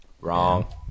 Wrong